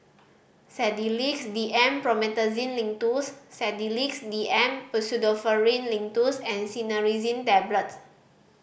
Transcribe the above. Sedilix D M Promethazine Linctus Sedilix D M Pseudoephrine Linctus and Cinnarizine Tablets